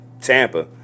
Tampa